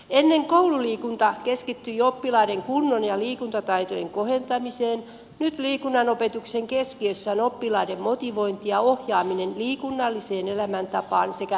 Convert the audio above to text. ennen koululiikunta keskittyi oppilaiden kunnon ja liikuntataitojen kohentamiseen nyt liikunnan opetuksen keskiössä on oppilaiden motivointi ja ohjaaminen liikunnalliseen elämäntapaan sekä liikuntaharrastuksiin